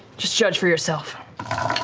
just judge for yourself.